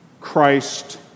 Christ